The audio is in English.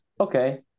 okay